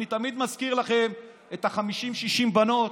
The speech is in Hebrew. אני תמיד מזכיר לכם את 60-50 הבנות,